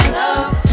love